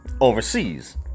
overseas